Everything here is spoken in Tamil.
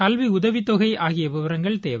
கல்வி உதவித் தொகை ஆகிய விவரங்கள் தேவை